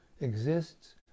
exists